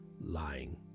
lying